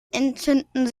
entzünden